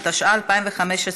התשע"ה 2015,